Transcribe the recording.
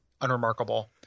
unremarkable